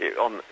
on